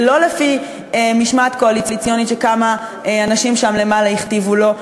ולא לפי משמעת קואליציונית שכמה אנשים שם למעלה הכתיבו לו,